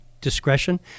discretion